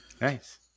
Nice